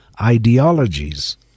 ideologies